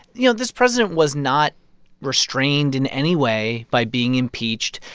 you know, this president was not restrained in any way by being impeached.